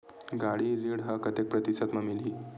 गाड़ी ऋण ह कतेक प्रतिशत म मिलही?